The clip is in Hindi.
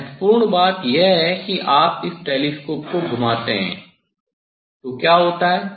महत्वपूर्ण बात यह है कि यदि आप इस टेलीस्कोप को घुमाते हैं तो क्या होता है